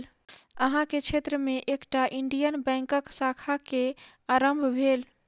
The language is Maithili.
अहाँ के क्षेत्र में एकटा इंडियन बैंकक शाखा के आरम्भ भेल